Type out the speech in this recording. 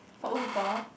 for old people